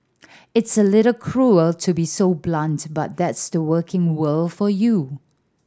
it's a little cruel to be so blunt but that's the working world for you